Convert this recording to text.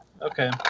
Okay